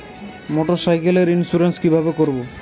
মোটরসাইকেলের ইন্সুরেন্স কিভাবে করব?